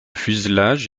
fuselage